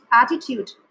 attitude